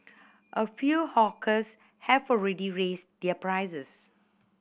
a few hawkers have already raised their prices